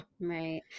Right